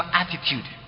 attitude